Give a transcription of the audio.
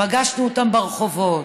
פגשנו אותם ברחובות,